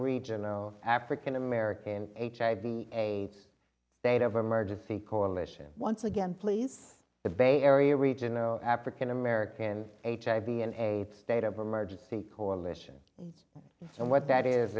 regional african american hiv aids date of emergency coalition once again please the bay area regional african americans hiv and aids state of emergency coalition and what that is